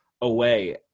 away